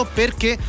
perché